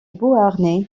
beauharnais